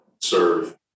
serve